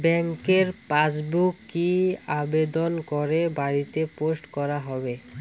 ব্যাংকের পাসবুক কি আবেদন করে বাড়িতে পোস্ট করা হবে?